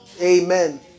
Amen